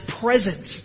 present